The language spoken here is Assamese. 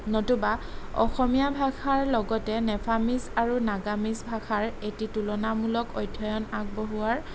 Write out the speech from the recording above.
নতুবা অসমীয়া ভাষাৰ লগতে নেফামিজ আৰু নাগামিজ ভাষাৰ এটি তুলনামূলক অধ্যয়ন আগবঢ়োৱাৰ